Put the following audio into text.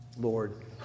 Lord